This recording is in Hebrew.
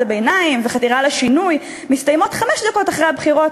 הביניים וחתירה לשינוי מסתיימות חמש דקות אחרי הבחירות,